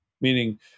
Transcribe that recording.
Meaning